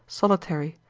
solitary,